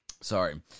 Sorry